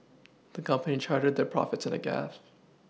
the company charted their profits in a